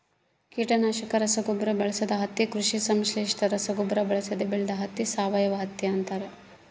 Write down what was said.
ಕೀಟನಾಶಕ ರಸಗೊಬ್ಬರ ಬಳಸದ ಹತ್ತಿ ಕೃಷಿ ಸಂಶ್ಲೇಷಿತ ರಸಗೊಬ್ಬರ ಬಳಸದೆ ಬೆಳೆದ ಹತ್ತಿ ಸಾವಯವಹತ್ತಿ ಅಂತಾರ